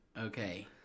Okay